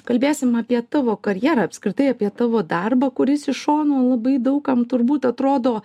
kalbėsim apie tavo karjerą apskritai apie tavo darbą kuris iš šono labai daug kam turbūt atrodo